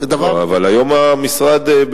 אבל היום המשרד,